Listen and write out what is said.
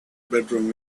bedroom